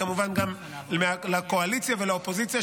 כמובן גם לקואליציה ולאופוזיציה,